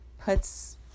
puts